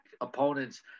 opponents